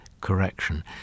correction